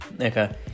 Okay